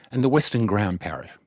and the western ground parrot.